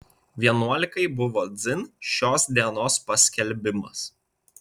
vienuolikai buvo dzin šios dienos paskelbimas